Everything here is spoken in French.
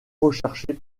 recherchés